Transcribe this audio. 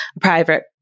private